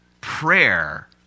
prayer